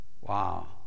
Wow